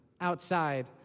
outside